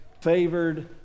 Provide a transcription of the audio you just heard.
favored